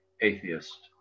atheist